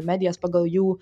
medijas pagal jų